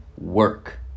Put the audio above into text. work